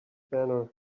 banner